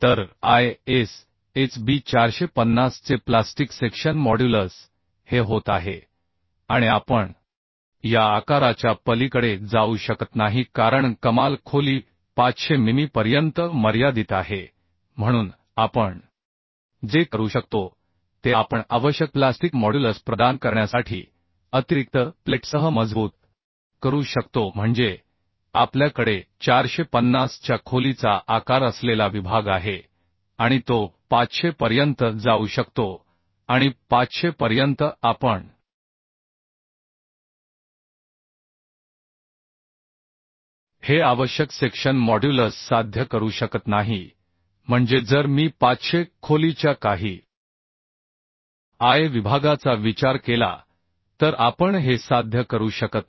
तर ISHB 450 चे plastic section modulus हे होत आहे आणि आपण या आकाराच्या पलीकडे जाऊ शकत नाही कारण कमाल खोली 500 मिमी पर्यंत मर्यादित आहे म्हणून आपण जे करू शकतो ते आपण आवश्यक प्लास्टिक मॉड्युलस प्रदान करण्यासाठी अतिरिक्त प्लेटसह मजबूत करू शकतो म्हणजे आपल्याकडे 450 च्या खोलीचा आकार असलेला विभाग आहे आणि तो 500 पर्यंत जाऊ शकतो आणि 500 पर्यंत आपण हे आवश्यक सेक्शन मॉड्युलस साध्य करू शकत नाही म्हणजे जर मी 500 खोलीच्या काही I विभागाचा विचार केला तर आपण हे साध्य करू शकत नाही